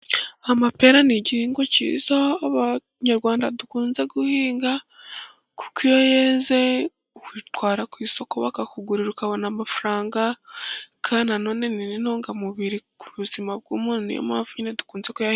Amapera ni igihingwa cyiza abanyarwanda dukunze guhinga. Kuko iyo yeze utwara ku isoko bakakugurira ukabona amafaranga. Kandi nanone ni n'intungamubiri ku buzima bw'umuntu. Niyo mpamvu nyine dukunze kuyahinga.